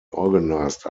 organised